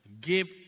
give